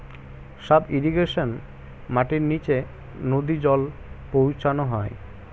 sub irrigation মাটির নিচে নদী জল পৌঁছানো হয়